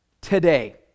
today